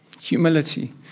humility